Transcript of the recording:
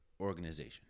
organization